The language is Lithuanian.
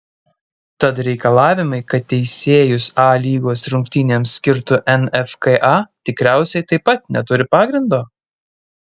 tad reikalavimai kad teisėjus a lygos rungtynėms skirtų nfka tikriausiai taip pat neturi pagrindo